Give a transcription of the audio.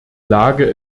lage